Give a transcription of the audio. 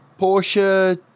Porsche